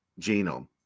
genome